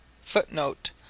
Footnote